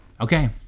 Okay